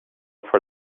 for